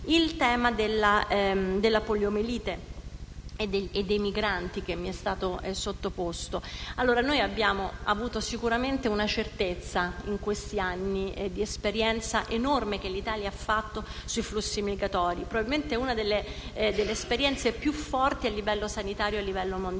al tema della poliomielite e dei migranti, che mi è stato sottoposto. Abbiamo avuto sicuramente una certezza in questi anni: l'esperienza enorme che l'Italia ha acquisito sui flussi migratori. Probabilmente è una delle esperienze più forti a livello sanitario mondiale,